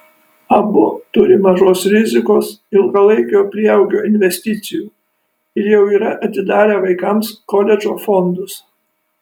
abu turi mažos rizikos ilgalaikio prieaugio investicijų ir jau yra atidarę vaikams koledžo fondus